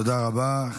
תודה רבה.